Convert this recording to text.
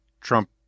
Trump